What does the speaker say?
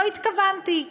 לא התכוונתי: